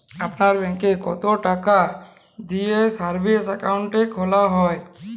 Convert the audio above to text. আপনার ব্যাংকে কতো টাকা দিয়ে সেভিংস অ্যাকাউন্ট খোলা হয়?